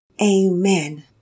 Amen